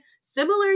similar